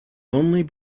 only